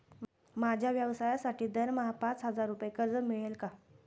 माझ्या व्यवसायासाठी दरमहा पाच हजार रुपये कर्ज मिळेल का?